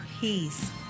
peace